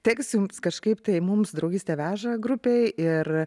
teks jums kažkaip tai mums draugystė veža grupei ir